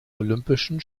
olympischen